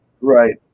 Right